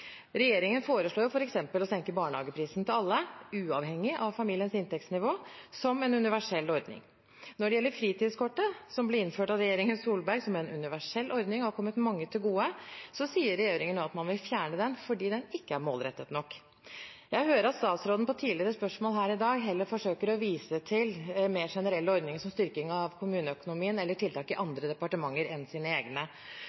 Regjeringen foreslår f.eks. å senke barnehageprisen til alle, uavhengig av familiens inntektsnivå, som en universell ordning. Når det gjelder fritidskortet, som ble innført av regjeringen Solberg som en universell ordning, og som har kommet mange til gode, sier regjeringen nå at man vil fjerne ordningen fordi den ikke er målrettet nok. Jeg hørte at statsråden på tidligere spørsmål her i dag heller forsøkte å vise til mer generelle ordninger, som styrking av kommuneøkonomien eller tiltak i